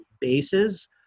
bases